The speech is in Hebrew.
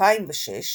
1996–2006